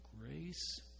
grace